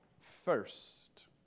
thirst